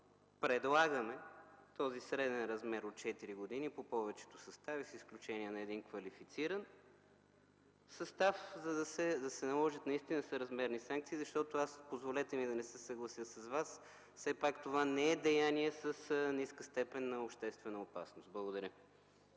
предлагаме този среден размер от 4 години по повечето състави, с изключение на един квалифициран състав, за да се наложат наистина съразмерни санкции, защото, позволете ми да не се съглася с Вас, все пак това не е деяние с ниска степен на обществена опасност. Благодаря.